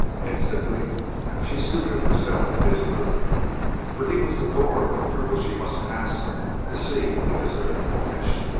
instantly she suited herself to his mood for he was the door through which she must pass to see elizabeth cornish.